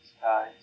guys